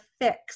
fix